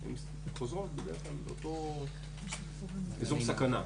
הן חוזרות לאותו אזור סכנה.